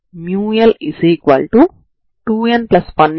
కాబట్టి వాస్తవానికి ఇది అవుతుంది మరియు ఇది అవుతుంది